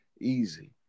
Easy